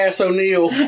o'neill